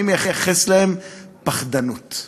אני מייחס להם פחדנות.